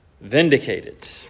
vindicated